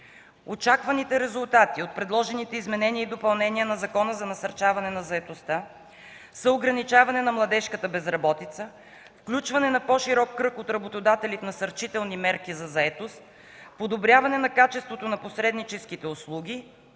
Очакваните резултати от предложените изменения и допълнения на Закона за насърчаване на заетостта са ограничаване на младежката безработица, включване на по-широк кръг от работодатели в насърчителни мерки за заетост, подобряване на качеството на посредническите услуги